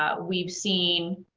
ah we've seen.